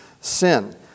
sin